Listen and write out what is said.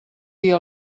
dia